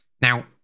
Now